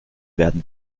werden